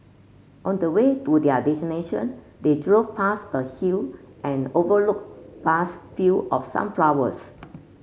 on the way to their destination they drove past a hill and overlooked vast field of sunflowers